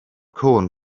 cŵn